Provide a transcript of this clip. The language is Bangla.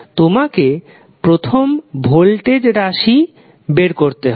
তোমাকে প্রথম ভোল্টেজ এর রাশি বের করতে হবে